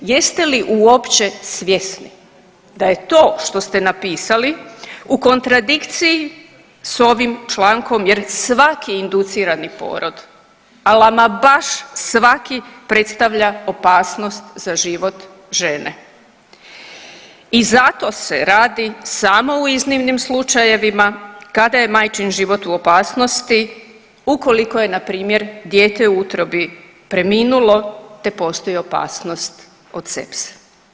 Jeste li uopće svjesni da je to što ste napisali u kontradikciji s ovim člankom jer svaki inducirani porod, ama baš svaki predstavlja opasnost za život žene i zato se radi samo u iznimnim slučajevima kada je majčin život u opasnosti ukoliko je npr. dijete u utrobi preminulo, te postoji opasnost od sepse.